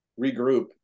regroup